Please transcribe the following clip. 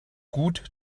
gut